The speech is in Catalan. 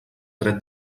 dret